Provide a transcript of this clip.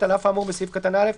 "(ב)על אף האמור בסעיף קטן (א),